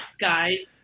Guys